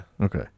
Okay